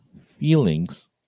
feelings